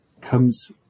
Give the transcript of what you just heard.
comes